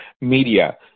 media